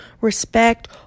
respect